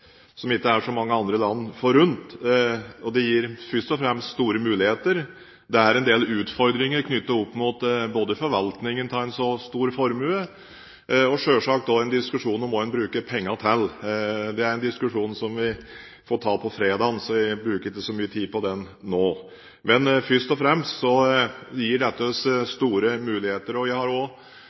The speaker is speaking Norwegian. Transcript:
som ikke er så mange andre land forunt, og den gir først og fremst store muligheter. Det er en del utfordringer knyttet til forvaltningen av en så stor formue, men det er selvsagt også en diskusjon om hva en bruker pengene til. Dette er en diskusjon som vi får ta på fredag, så jeg bruker ikke så mye tid på den nå. Først og fremst gir oljeformuen oss store muligheter. Jeg har også innledningsvis behov for å si at både Norges Bank og